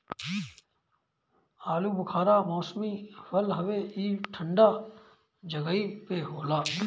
आलूबुखारा मौसमी फल हवे ई ठंडा जगही पे होला